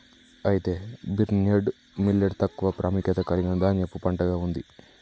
అయితే barnyard millet తక్కువ ప్రాముఖ్యత కలిగిన ధాన్యపు పంటగా ఉంది